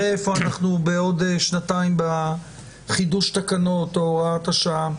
נראה איפה אנחנו בעוד שנתיים בחידוש התקנות או הוראת השעה.